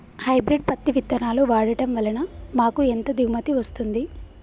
Hybrid పత్తి విత్తనాలు వాడడం వలన మాకు ఎంత దిగుమతి వస్తుంది?